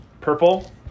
purple